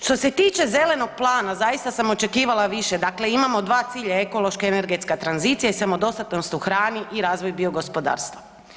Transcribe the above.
Što se tiče zelenog plana zaista sam očekivala više, dakle imamo 2 cilja ekološka i energetska tranzicija i samodostatnost u hranu i razvoj biogospodarstva.